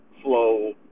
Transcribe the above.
Flow